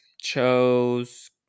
chose